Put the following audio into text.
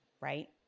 right